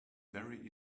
very